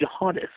jihadists